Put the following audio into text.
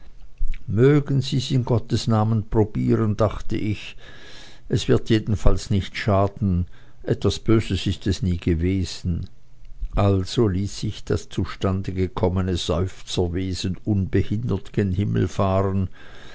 mögen sie's in gottes namen probieren dachte ich es wird jedenfalls nicht schaden etwas böses ist es nie gewesen also ließ ich das zustande gekommene seufzerwesen unbehindert gen himmel fahren